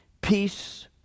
Peace